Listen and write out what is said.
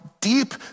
deep